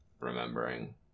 remembering